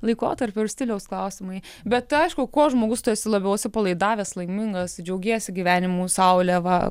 laikotarpio ir stiliaus klausimai bet aišku kuo žmogus tu esi labiau atsipalaidavęs laimingas džiaugiesi gyvenimu saule va